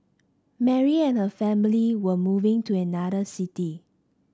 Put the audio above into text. Mary and her family were moving to another city